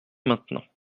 maintenant